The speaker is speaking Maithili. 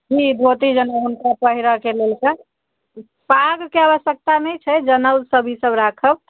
जी धोती जनउ हुनका पहिरके लेल तऽ पागके आवश्यकता ई सब नहि छै जनउ सब ई सब ई सब राखब